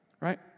right